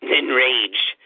enraged